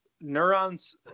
Neurons